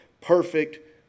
perfect